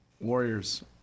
Warriors